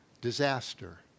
disaster